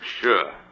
Sure